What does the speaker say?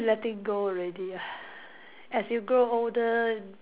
letting go already ah as you grow older